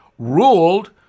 ruled